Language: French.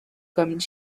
comme